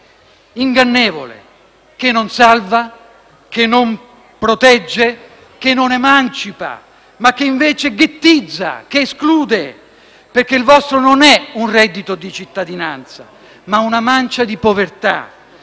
ingannevole, che non salva, che non protegge, che non emancipa, ma che invece ghettizza, esclude. Il vostro, infatti, non è un reddito di cittadinanza, ma una mancia di povertà,